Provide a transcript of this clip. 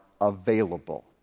available